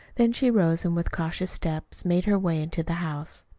then she rose and with cautious steps made her way into the house.